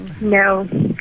No